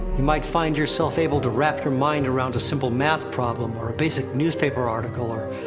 might find yourself able to wrap your mind around a simple math problem, or a basic newspaper article, or.